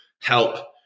help